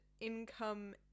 income